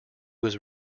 was